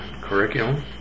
curriculum